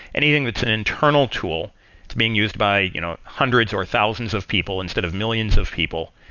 anything that's an internal tool, it's being used by you know hundreds or thousands of people instead of millions of people.